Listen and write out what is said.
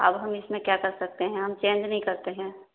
اب ہم اس میں کیا کر سکتے ہیں ہم چینج نہیں کرتے ہیں